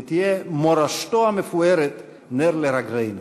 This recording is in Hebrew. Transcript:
ותהיה מורשתו המפוארת נר לרגלינו.